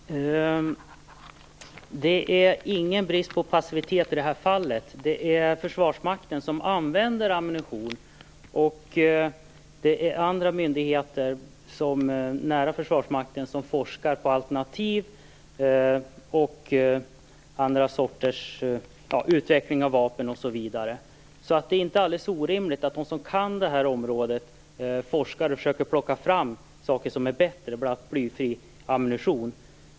Fru talman! Det är ingen brist på passivitet i det här fallet. Det är Försvarsmakten som använder ammunition, och det är andra myndigheter nära Försvarsmakten som forskar på alternativ och på utveckling av vapen. Det är inte alldeles orimligt att de som kan det här området forskar och försöker ta fram saker som är bättre, bl.a. blyfri ammunition.